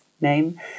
name